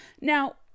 Now